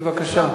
בבקשה.